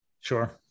Sure